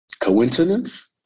Coincidence